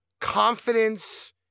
confidence